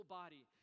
body